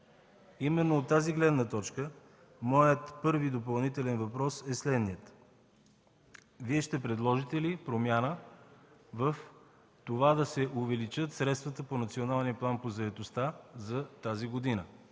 година. От тази гледна точка моят първи допълнителен въпрос е: Вие ще предложите ли промяна в това да се увеличат средствата по Националния план по заетостта за тази година,